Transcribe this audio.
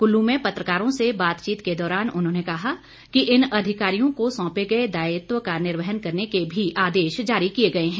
कुल्लू में पत्रकारों से बातचीत के दौरान उन्होंने कहा कि इन अधिकारियों को सौंपे गए दायित्व का निर्वहन करने के भी आदेश जारी किए गए हैं